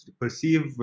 perceive